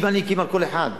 שבעה נקיים על כל אחת.